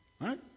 right